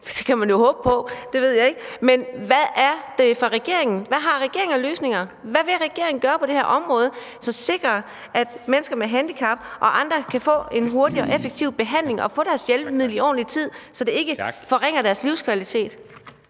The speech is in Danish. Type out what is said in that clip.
Det kan man jo håbe på – det ved jeg ikke. Men hvad har regeringen af løsninger? Hvad vil regeringen gøre på det her område, som sikrer, at mennesker med handicap og andre kan få en hurtig og effektiv behandling og få deres hjælpemiddel i ordentlig tid, så det ikke forringer deres livskvalitet?